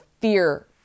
fear